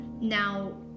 Now